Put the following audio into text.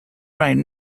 right